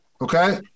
Okay